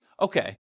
okay